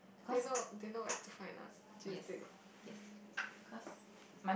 they know they know where to find us Tuesday